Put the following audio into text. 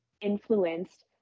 influenced